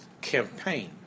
campaign